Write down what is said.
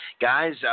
Guys